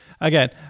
again